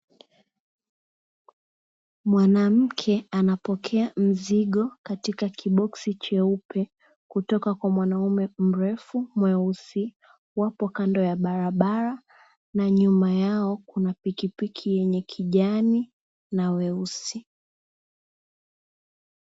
Mwanamke anapokea mzigo katika kiboksi cheupe, kutoka kwa mwanaume mrefu mweusi. Wapo kando ya barabara, na nyuma yao kuna pikipiki yenye kijani na weusi.